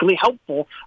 helpful